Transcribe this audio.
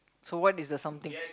so what is the something